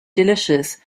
delicious